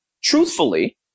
truthfully